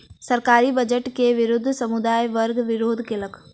सरकारी बजट के विरुद्ध समुदाय वर्ग विरोध केलक